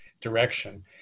direction